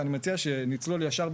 ואני מציע שנצלול ישר,